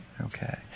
Okay